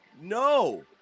no